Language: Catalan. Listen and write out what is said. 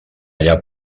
allà